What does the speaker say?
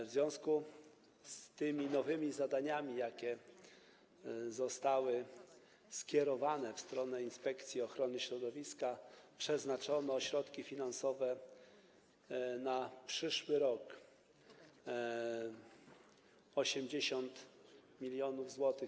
W związku z tymi nowymi zadaniami, jakie zostały skierowane w stronę Inspekcji Ochrony Środowiska, przeznaczono środki finansowe na przyszły rok w kwocie 80 mln zł.